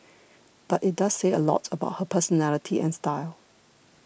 but it does say a lot about her personality and style